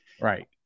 Right